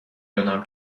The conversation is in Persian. دانم